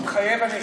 מתחייב אני